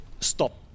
stop